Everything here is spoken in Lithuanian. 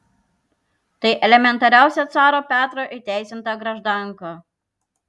tai elementariausia caro petro įteisinta graždanka